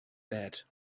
bed